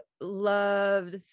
loved